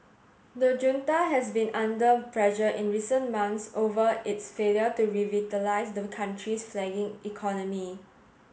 the junta has been under pressure in recent months over its failure to revitalise the country's flagging economy